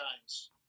times